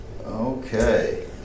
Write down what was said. Okay